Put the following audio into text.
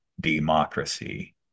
democracy